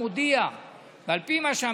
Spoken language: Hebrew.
על פי מה שהוא מודיע ועל פי מה שהמדינה